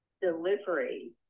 delivery